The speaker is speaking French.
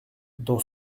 dans